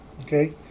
Okay